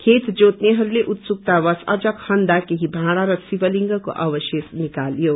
खेत जोतनेहरूले उत्सुकतावश अझ खन्दा केही भाड़ा र शिव लिङको अबशेष निकलियो